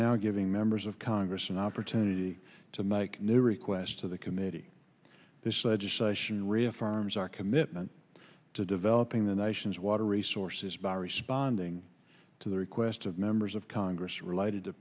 now giving members of congress an opportunity to make new requests to the committee this legislation reaffirms our commitment to developing the nation's water resources by responding to the request of members of congress related to